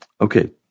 Okay